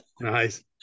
Nice